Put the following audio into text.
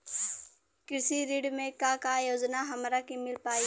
कृषि ऋण मे का का योजना हमरा के मिल पाई?